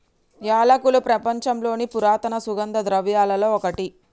యాలకులు ప్రపంచంలోని పురాతన సుగంధ ద్రవ్యలలో ఒకటి